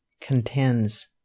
contends